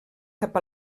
cap